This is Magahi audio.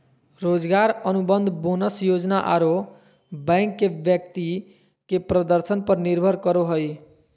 रोजगार अनुबंध, बोनस योजना आरो बैंक के व्यक्ति के प्रदर्शन पर निर्भर करो हइ